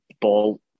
ball